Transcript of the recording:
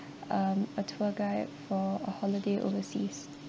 um a tour guide for a holiday overseas